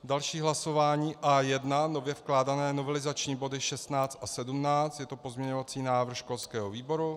Další hlasování A1 nově vkládané novelizační body 16 a 17, je to pozměňovací návrh školského výboru.